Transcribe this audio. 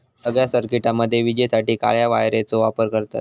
सगळ्या सर्किटामध्ये विजेसाठी काळ्या वायरचो वापर करतत